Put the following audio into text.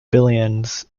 billions